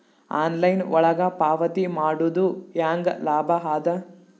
Online ಒಳಗ ಪಾವತಿ ಮಾಡುದು ಹ್ಯಾಂಗ ಲಾಭ ಆದ?